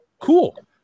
cool